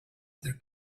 other